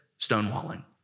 stonewalling